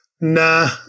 Nah